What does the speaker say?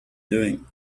doing